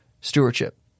stewardship